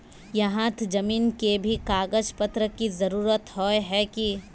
यहात जमीन के भी कागज पत्र की जरूरत होय है की?